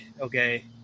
okay